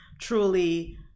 truly